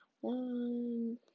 one